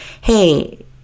hey